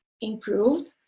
improved